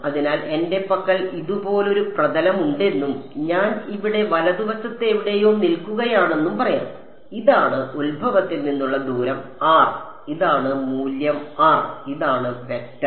അതിനാൽ എന്റെ പക്കൽ ഇതുപോലൊരു പ്രതലം ഉണ്ടെന്നും ഞാൻ ഇവിടെ വലതുവശത്ത് എവിടെയോ നിൽക്കുകയാണെന്നും പറയാം ഇതാണ് ഉത്ഭവത്തിൽ നിന്നുള്ള ദൂരം r ഇതാണ് മൂല്യം r ഇതാണ് വെക്റ്റർ